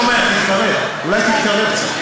אולי תתקרב קצת.